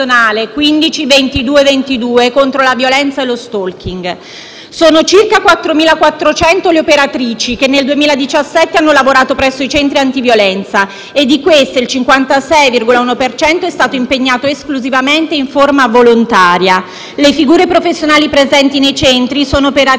*stalking*. Sono circa 4.400 le operatici che nel 2017 hanno lavorato presso i centri antiviolenza, il 56,1 per cento delle quali è stato impegnato esclusivamente in forma volontaria. Le figure professionali presenti nei centri sono operatrici specificamente formate. Il 93